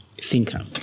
thinker